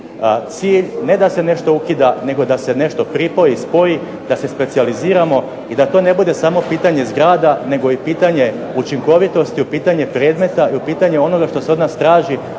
cilj ne da se nešto ukida nego da se nešto pripoji, spoji, da se specijaliziramo i da to ne bude samo pitanje zgrada nego i pitanje učinkovitosti, pitanje predmeta i pitanje onoga što se od nas traži,